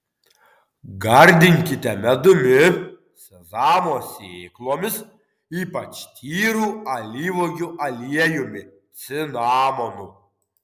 gardinkite medumi sezamo sėklomis ypač tyru alyvuogių aliejumi cinamonu